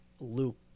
loop